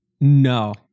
No